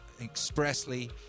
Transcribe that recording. expressly